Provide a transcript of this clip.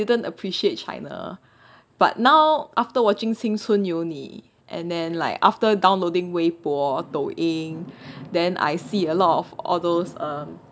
didn't appreciate china but now after watching 青春有你 and then like after downloading 微博抖音 then I see a lot of all those um